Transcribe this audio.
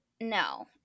No